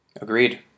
Agreed